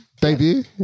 Debut